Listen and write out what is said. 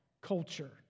culture